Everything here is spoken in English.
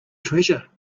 treasure